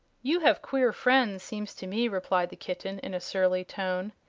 you have queer friends, seems to me, replied the kitten, in a surly tone.